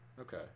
Okay